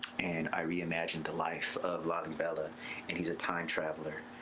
and i reimagined the life of lalibela and he's a time traveler,